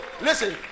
listen